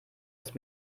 ist